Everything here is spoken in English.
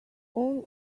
all